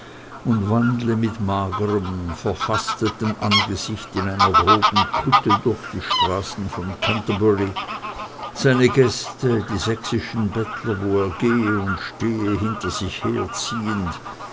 und wandle mit magerem verfastetem angesicht in einer groben kutte durch die straßen von canterbury seine gäste die sächsischen bettler wo er gehe und stehe hinter sich herziehend